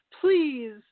please